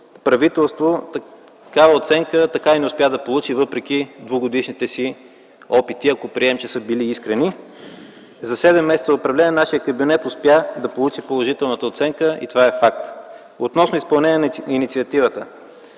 правителство такава оценка така и не успя да получи, въпреки двугодишните си опити, ако приемем, че са били искрени. За седем месеца управление нашият кабинет успя да получи положителната оценка, и това е факт. Относно изпълнение на инициативата.